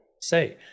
say